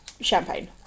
champagne